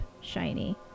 Shiny